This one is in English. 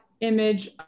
image